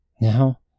Now